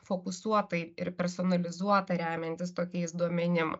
fokusuotai ir personalizuota remiantis tokiais duomenim